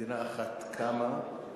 מדינה אחת קמה,